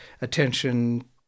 attention